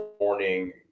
morning